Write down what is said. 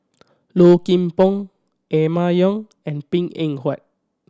Low Kim Pong Emma Yong and Png Eng Huat